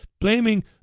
blaming